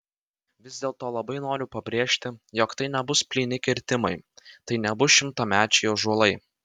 vis dėlto labai noriu pabrėžti jog tai nebus plyni kirtimai tai nebus šimtamečiai ąžuolai